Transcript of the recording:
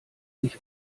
sich